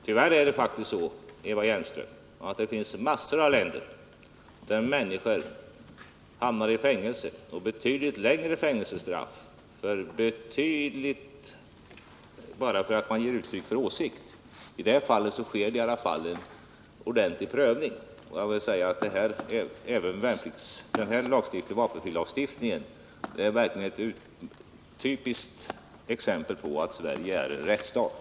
Tyvärr finns det faktiskt, Eva Hjelmström, massor av länder där människor hamnar i fängelse och får betydligt längre fängelsestraff därför att de ger uttryck för en åsikt. I detta fall sker det åtminstone en ordentlig prövning. Och vapenfrilagstiftningen är ett typiskt exempel på att Sverige är en rättsstat.